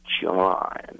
John